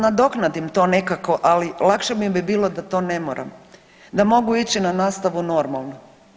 Nadoknadim to nekako, ali lakše bi mi bilo da to ne moram da mogu ići na nastavu normalno.